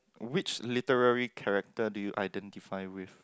which literally character do you identify with